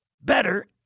better